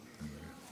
אמר וולטר,